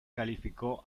calificó